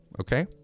okay